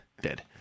dead